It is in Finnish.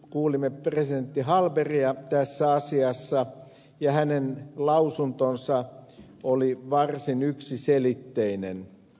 kuulimme presidentti hallbergia tässä asiassa ja hänen lausuntonsa on varsin yksiselitteinen